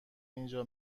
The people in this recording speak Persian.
اینجا